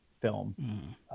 film